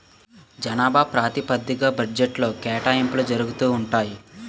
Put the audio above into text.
జనాభా ప్రాతిపదిగ్గా బడ్జెట్లో కేటాయింపులు జరుగుతూ ఉంటాయి